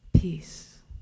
peace